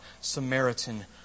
Samaritan